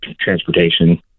transportation